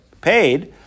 paid